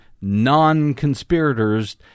non-conspirators